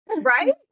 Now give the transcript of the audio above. Right